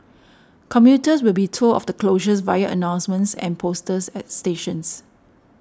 commuters will be told of the closures via announcements and posters at stations